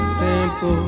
tempo